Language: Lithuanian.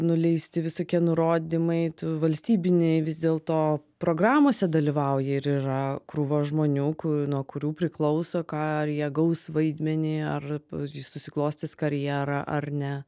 nuleisti visokie nurodymai tu valstybinėj vis dėlto programose dalyvauji ir yra krūva žmonių kur nuo kurių priklauso ką ar jie gaus vaidmenį ar jis susiklostys karjerą ar ne